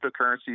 cryptocurrencies